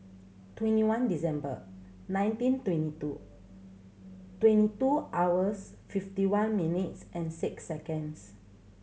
twenty one December nineteen twenty two twenty two hours fifty one minutes and six seconds